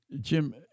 Jim